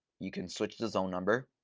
you can switch the zone number.